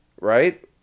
Right